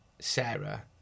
Sarah